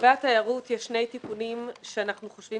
לגבי התיירות יש שני תיקונים שאנחנו חושבים